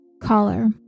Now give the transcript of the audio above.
Caller